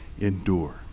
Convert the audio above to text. endure